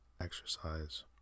exercise